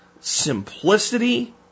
Simplicity